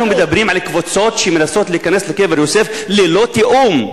אנחנו מדברים על קבוצות שמנסות להיכנס לקבר יוסף ללא תיאום,